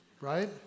right